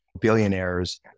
billionaires